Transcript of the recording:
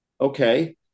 Okay